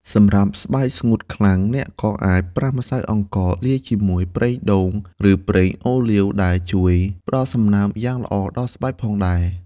សម្រាប់ស្បែកស្ងួតខ្លាំង អ្នកក៏អាចប្រើម្សៅអង្ករលាយជាមួយប្រេងដូង ឬប្រេងអូលីវ ដែលជួយផ្ដល់សំណើមយ៉ាងល្អដល់ស្បែកផងដែរ។